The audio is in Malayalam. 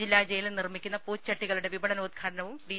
ജില്ലാ ജയിലിൽ നിർമ്മിക്കുന്ന പൂച്ചചട്ടികളുടെ വിപണനോദ്ഘാ ടനവും ഡി